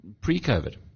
pre-COVID